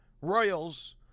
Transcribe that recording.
Royals